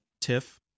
Tiff